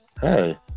Hey